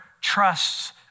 trusts